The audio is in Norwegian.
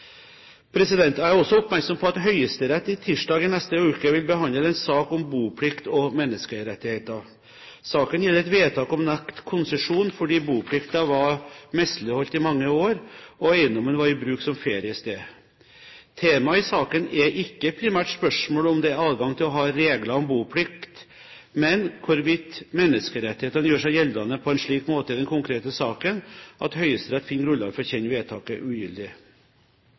Jeg er også oppmerksom på at Høyesterett tirsdag i neste uke vil behandle en sak om boplikt og menneskerettigheter. Saken gjelder et vedtak om å nekte konsesjon fordi boplikten var misligholdt i mange år og eiendommen var i bruk som feriested. Temaet i saken er ikke primært spørsmålet om det er adgang til å ha regler om boplikt, men hvorvidt menneskerettighetene gjør seg gjeldende på en slik måte i den konkrete saken, at Høyesterett finner grunnlag for å kjenne vedtaket ugyldig.